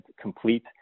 complete